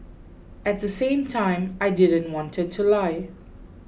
at the same time I didn't wanted to lie